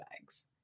bags